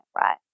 right